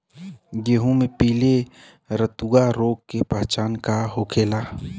गेहूँ में पिले रतुआ रोग के पहचान का होखेला?